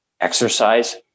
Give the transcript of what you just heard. exercise